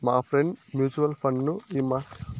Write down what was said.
మాఫ్రెండ్ mutual fund ఈ మార్కెట్లనే కొనినారు